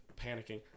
panicking